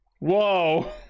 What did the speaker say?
Whoa